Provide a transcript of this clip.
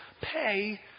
Pay